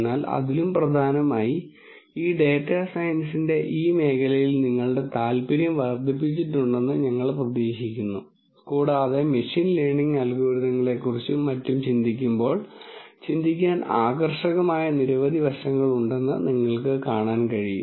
എന്നാൽ അതിലും പ്രധാനമായി ഇത് ഡാറ്റാ സയൻസിന്റെ ഈ മേഖലയിൽ നിങ്ങളുടെ താൽപ്പര്യം വർദ്ധിപ്പിച്ചിട്ടുണ്ടെന്ന് ഞങ്ങൾ പ്രതീക്ഷിക്കുന്നു കൂടാതെ മെഷീൻ ലേണിംഗ് അൽഗോരിതങ്ങളെക്കുറിച്ചും മറ്റും ചിന്തിക്കുമ്പോൾ ചിന്തിക്കാൻ ആകർഷകമായ നിരവധി വശങ്ങൾ ഉണ്ടെന്ന് നിങ്ങൾക്ക് കാണാൻ കഴിയും